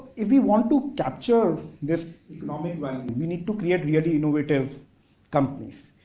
if we want to capture this economic value, we need to create really innovative companies.